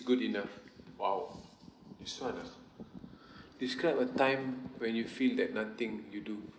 good enough !wow! this [one] ah describe a time when you feel that nothing you do